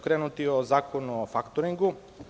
Krenuću od zakona o faktoringu.